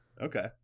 Okay